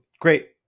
great